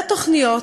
והתוכניות